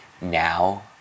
now